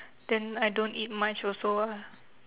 then I don't eat much also ah